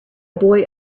boy